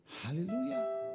Hallelujah